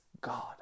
god